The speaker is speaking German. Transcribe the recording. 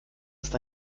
ist